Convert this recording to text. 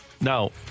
Now